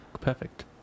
perfect